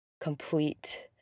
complete